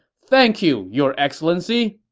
thank you, your excellency!